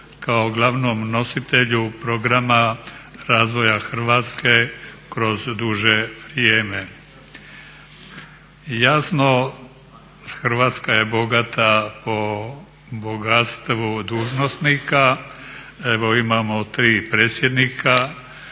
kao glavnom nositelju programa razvoja Hrvatske kroz duže vrijeme. Jasno Hrvatska je bogat po bogatstvu dužnosnika, evo imao tri predsjednika,